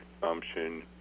consumption